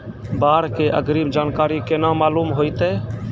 बाढ़ के अग्रिम जानकारी केना मालूम होइतै?